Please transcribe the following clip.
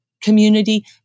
community